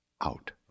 out